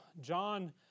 John